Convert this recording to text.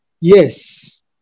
Yes